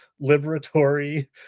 liberatory